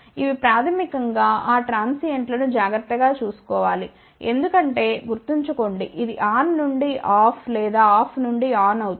ఇవి ప్రాథమికం గా ఆ ట్రాన్సియెంట్లను జాగ్రత్తగా చూసుకో వాలి ఎందుకంటే గుర్తుంచుకోండి ఇది ఆన్ నుండి ఆఫ్ లేదా ఆఫ్ నుండి ఆన్ అవుతుంది